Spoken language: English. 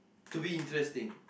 to be interesting